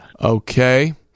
Okay